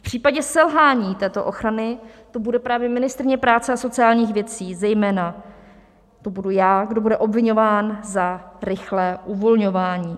V případě selhání této ochrany to bude právě ministryně práce a sociálních věcí, zejména to budu já, kdo bude obviňován za rychlé uvolňování.